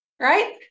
right